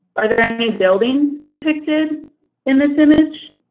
are there and any buildings depicted in this image?